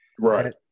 Right